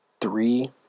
three